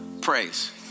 praise